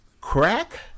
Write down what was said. crack